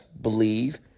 Believe